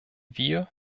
wir